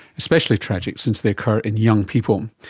especially tragic since they occur in young people.